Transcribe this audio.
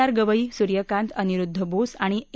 R Gavai Suryakant Aniruddha Bose आणि ए